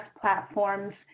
platforms